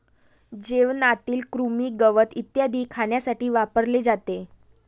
जेवणातील कृमी, गवत इत्यादी खाण्यासाठी वापरले जाते